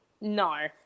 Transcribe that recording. No